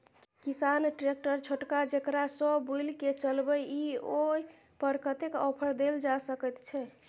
किसान ट्रैक्टर छोटका जेकरा सौ बुईल के चलबे इ ओय पर कतेक ऑफर दैल जा सकेत छै?